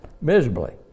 miserably